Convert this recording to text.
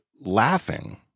laughing